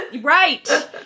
right